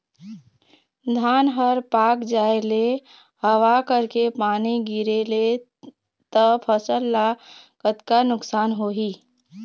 धान हर पाक जाय ले हवा करके पानी गिरे ले त फसल ला कतका नुकसान होही?